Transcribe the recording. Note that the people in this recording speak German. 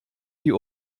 die